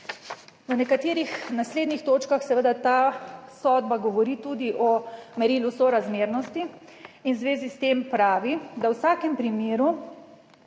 V nekaterih naslednjih točkah seveda ta sodba govori tudi o merilu sorazmernosti in v zvezi s tem pravi, da v vsakem primeru